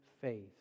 faith